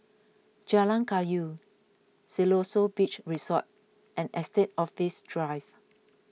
Jalan Kayu Siloso Beach Resort and Estate Office Drive